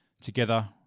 together